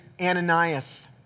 Ananias